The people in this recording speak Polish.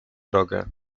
drogę